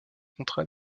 contrat